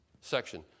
section